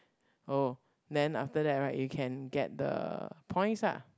oh then after that right you can get the points lah